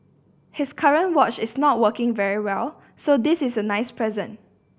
his current watch is not working very well so this is a nice present